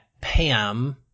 Pam